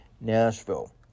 Nashville